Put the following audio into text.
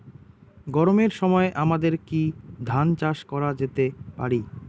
গরমের সময় আমাদের কি ধান চাষ করা যেতে পারি?